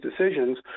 decisions